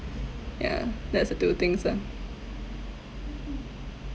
yeah that's the two things ah